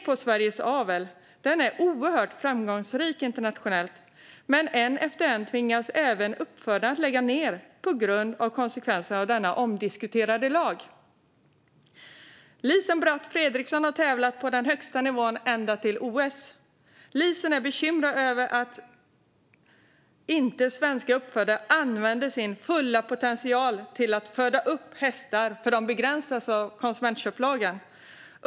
Se på Sveriges avel, den är oerhört framgångsrik internationellt . men en efter en tvingas även uppfödarna att lägga ner på grund av konsekvenserna av denna omdiskuterade lag." Lisen Bratt Fredricson har tävlat på den högsta nivån ända till OS. Lisen är bekymrad över att svenska uppfödare inte använder sin fulla potential till att föda upp hästar, eftersom de begränsas av konsumentköplagen.